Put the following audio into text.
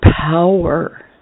power